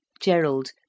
Gerald